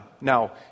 now